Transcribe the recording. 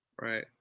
Right